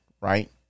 right